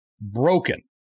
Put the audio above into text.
broken